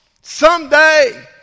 someday